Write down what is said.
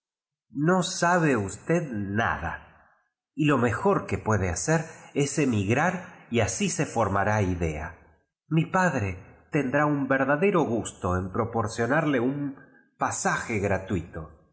no sabe usted nada y lo mejor que puede hacer es emigrar y así se formará idea mi padre tendrá un verdadero gusto en pro porciunarle un pasaje gratuito